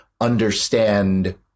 understand